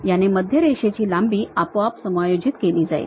याने मध्य रेषेची लांबी आपोआप समायोजित केली जाईल